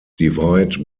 divide